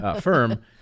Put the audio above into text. firm